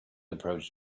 approached